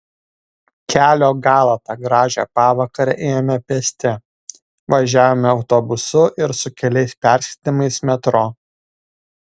kelio galą tą gražią pavakarę ėjome pėsti važiavome autobusu ir su keliais persėdimais metro